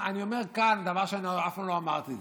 אני אומר כאן דבר שאני אף פעם לא אמרתי.